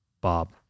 Bob